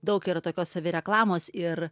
daug yra tokios savireklamos ir